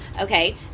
Okay